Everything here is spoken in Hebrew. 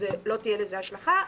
לא תהיה לזה השלכה.